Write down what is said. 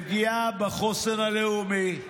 לפגיעה בחוסן הלאומי,